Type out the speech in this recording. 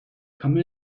come